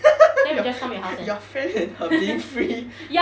your friend and her being free